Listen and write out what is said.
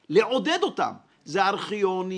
הציבורי הם צריכים לעשות שימוש בקניין רוחני מסוגים